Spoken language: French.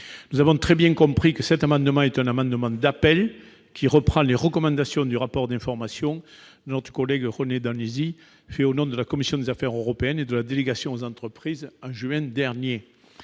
Nous avons très bien compris que cet amendement était un amendement d'appel reprenant les recommandations du rapport d'information de notre collègue René Danesi, remis au nom de la commission des affaires européennes et de la délégation sénatoriale aux entreprises en juin dernier.